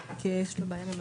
יש לנו כרגע בעיה עם המצגת,